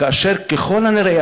כאשר ככל הנראה,